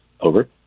over